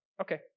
Okay